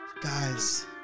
Guys